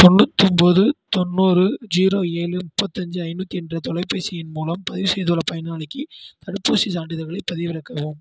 தொண்ணூற்றி ஒம்பது தொண்ணூறு ஜீரோ ஏழு முப்பத்தஞ்சு ஐநூற்றி எட்டு தொலைபேசி எண் மூலம் பதிவு செய்துள்ள பயனாளிக்கி தடுப்பூசிச் சான்றிதழ்களைப் பதிவிறக்கவும்